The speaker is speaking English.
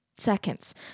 Seconds